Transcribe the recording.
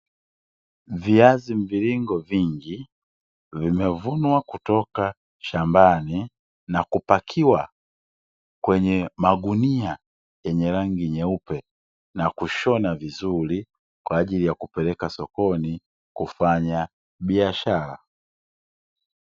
Viazi mviringo vingi vimevunwa kutoka shambani na kupakiwa kwenye magunia yenye rangi nyeupe, na kushona vizuri kwaajili ya kupeleka sokoni kufanya biashara.